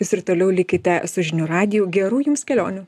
jūs ir toliau likite su žinių radiju gerų jums kelionių